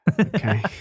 Okay